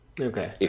okay